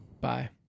Bye